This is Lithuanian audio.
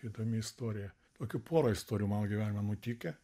įdomi istorija tokių pora istorijų mano gyvenime nutikę